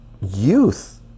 youth